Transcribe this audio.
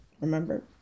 remember